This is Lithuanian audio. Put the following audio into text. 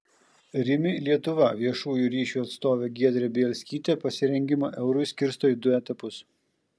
rimi lietuva viešųjų ryšių atstovė giedrė bielskytė pasirengimą eurui skirsto į du etapus